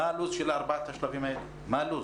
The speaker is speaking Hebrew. מה הלו"ז של ארבעת השלבים האלה?